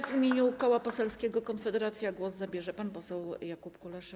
W imieniu Koła Poselskiego Konfederacja głos zabierze pan poseł Jakub Kulesza.